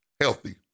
healthy